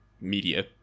media